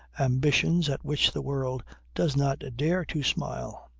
ambitions at which the world does not dare to smile.